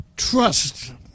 Trust